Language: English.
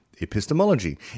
epistemology